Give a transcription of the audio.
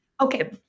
Okay